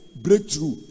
breakthrough